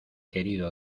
querido